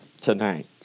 tonight